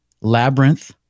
Labyrinth